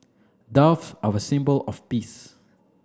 doves are a symbol of peace